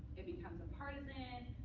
it becomes a partisan